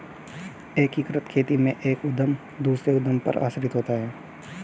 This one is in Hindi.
एकीकृत खेती में एक उद्धम दूसरे उद्धम पर आश्रित होता है